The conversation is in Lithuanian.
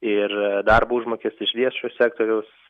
ir darbo užmokestis iš viešojo sektoriaus